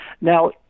Now